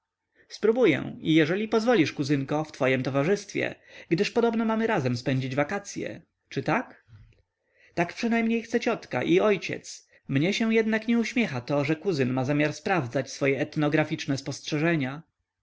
spróbuję i jeżeli pozwolisz kuzynko w twojem towarzystwie gdyż podobno mamy razem spędzić wakacye czy tak tak przynajmniej chce ciotka i ojciec mnie się jednak nie uśmiecha to że kuzyn ma zamiar sprawdzać swoje etnograficzne spostrzeżenia